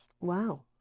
Wow